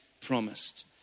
promised